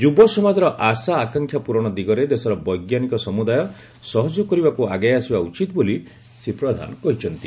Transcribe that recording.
ଯୁବସମାଜର ଆଶା ଆକାଂକ୍ଷା ପୂରଣ ଦିଗରେ ଦେଶର ବୈଜ୍ଞାନିକ ସମୁଦାୟ ସହଯୋଗ କରିବାକୁ ଆଗେଇ ଆସିବା ଉଚିତ ବୋଲି ଶ୍ରୀ ପ୍ରଧାନ କହିଛନ୍ତି